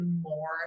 more